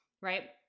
right